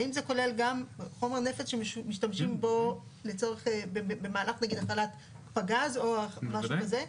האם זה כולל גם חומר נפץ שמשתמשים בו במהלך נגיד הכנת פגז או משהו כזה?